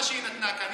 מה שהיא נתנה כאן,